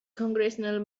congressional